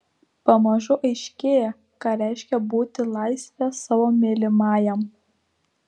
pamažu aiškėja ką reiškia būti laisve savo mylimajam